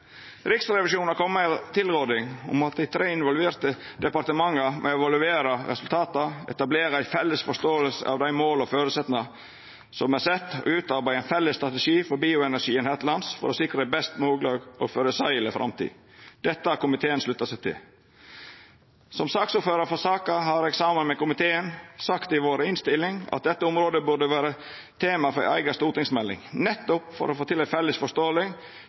Riksrevisjonen har kome med ei tilråding om at dei tre involverte departementa må evaluera resultata, etablera ei felles forståing av dei måla og føresetnadene som er sette, og utarbeida ein felles strategi for bioenergien her til lands for å sikra ei best mogleg og føreseieleg framtid. Dette har komiteen slutta seg til. Som ordførar for saka har eg saman med komiteen sagt i innstillinga vår at dette området burde vera tema for ei eiga stortingsmelding, nettopp for å få til ei felles